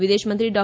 વિદેશમંત્રી ડો